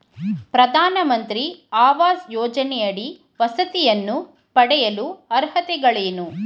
ಪ್ರಧಾನಮಂತ್ರಿ ಆವಾಸ್ ಯೋಜನೆಯಡಿ ವಸತಿಯನ್ನು ಪಡೆಯಲು ಅರ್ಹತೆಗಳೇನು?